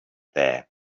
there